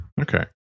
Okay